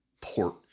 port